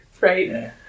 right